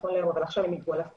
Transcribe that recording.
נכון להיום אבל עכשיו יגבו עליו כסף,